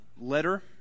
letter